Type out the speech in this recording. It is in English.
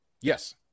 Yes